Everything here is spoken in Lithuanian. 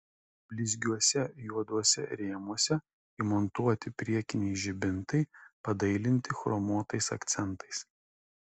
blizgiuose juoduose rėmuose įmontuoti priekiniai žibintai padailinti chromuotais akcentais